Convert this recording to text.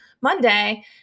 Monday